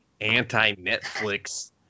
anti-Netflix